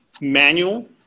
manual